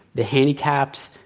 the handicapped,